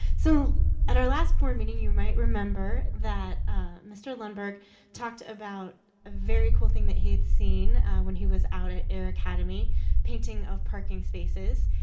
so at our last board meeting, you might remember that mr. lundberg talked about a very cool thing that he had seen when he was out at air academy painting parking spaces.